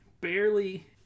barely